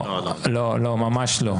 ממש לא.